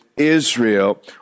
Israel